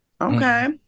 Okay